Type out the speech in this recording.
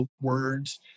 words